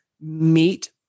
meet